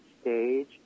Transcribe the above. stage